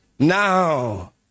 now